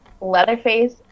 Leatherface